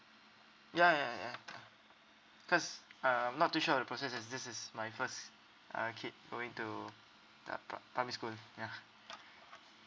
ya ya ya ya cause I I'm not too sure process as this is my first uh kid going to a pu~ public school ya